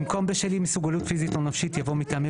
במקום 'בשל אי מסוגלות פיזית או נפשית' יבוא 'מטעמי